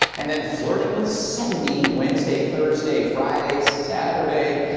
and then flirting with seventy wednesday, thursday, friday, saturday.